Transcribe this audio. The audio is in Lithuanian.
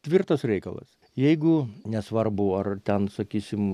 tvirtas reikalas jeigu nesvarbu ar ten sakysim